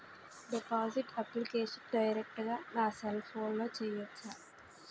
Deposit application direct గా నా cell ఫోన్లో చెయ్యచా?